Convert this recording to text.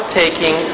taking